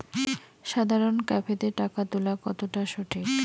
সাধারণ ক্যাফেতে টাকা তুলা কতটা সঠিক?